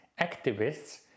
activists